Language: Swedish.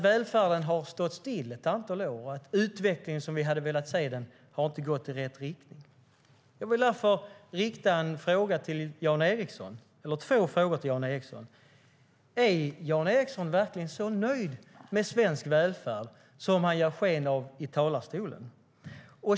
Välfärden har stått stilla ett antal år. Utvecklingen har inte gått i rätt riktning. Jag vill därför ställa två frågor till Jan Ericson. Är Jan Ericson verkligen så nöjd med svensk välfärd som han ger sken av i talarstolen?